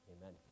Amen